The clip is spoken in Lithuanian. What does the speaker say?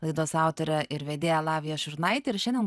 laidos autorė ir vedėja lavija šurnaitė ir šiandien